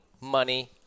money